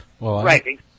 Right